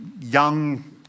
young